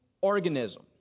organism